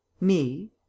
Me